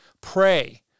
Pray